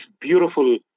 beautiful